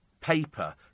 paper